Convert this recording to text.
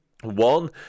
One